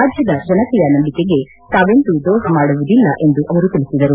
ರಾಜ್ಯದ ಜನತೆಯ ನಂಬಿಕೆಗೆ ತಾವೆಂದೂ ದ್ರೋಹ ಮಾಡುವುದಿಲ್ಲ ಎಂಬುದಾಗಿ ಅವರು ತಿಳಿಸಿದರು